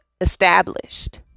established